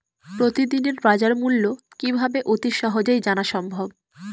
প্রতিদিনের বাজারমূল্য কিভাবে অতি সহজেই জানা সম্ভব?